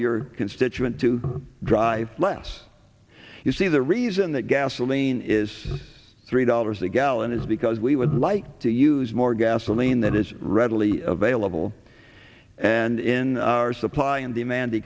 your constituents to drive less you see the reason that gasoline is three dollars a gallon is because we would like to use more gasoline that is readily available and in our supply and demand